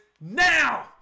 now